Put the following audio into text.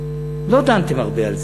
לא דנתם הרבה על זה.